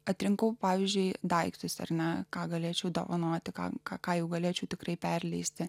atrinkau pavyzdžiui daiktus ar na ką galėčiau dovanoti kam ką ką jau galėčiau tikrai perleisti